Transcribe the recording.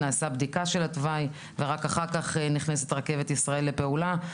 נעשית בדיקה של התוואי ורק אחר כך נכנסת רכבת ישראל לפעולה.